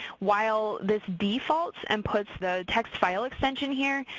while this defaults and puts the txt file extension here,